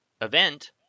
event